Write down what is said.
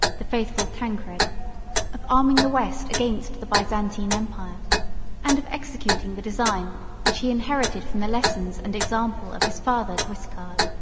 the faithful tancred of arming the west against the byzantine empire and of executing the design which he inherited from the lessons and example of his father guiscard.